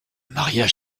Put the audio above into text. mariage